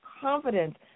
confidence